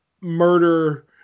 murder